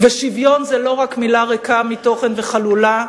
ושוויון זה לא רק מלה ריקה מתוכן וחלולה,